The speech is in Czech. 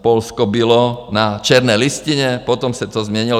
Polsko bylo na černé listině, potom se to změnilo.